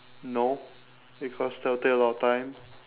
no because that will take a lot of time